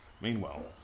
Meanwhile